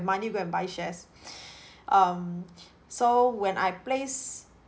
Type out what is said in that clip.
money go and buy shares um so when I place